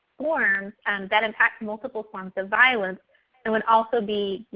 forms and that impact multiple forms of violence and would also be,